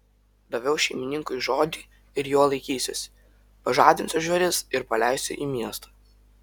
daviau šeimininkui žodį ir jo laikysiuosi pažadinsiu žvėris ir paleisiu į miestą